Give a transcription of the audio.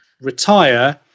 retire